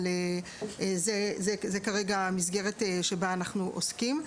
אבל זו כרגע המסגרת שבה אנחנו עוסקים.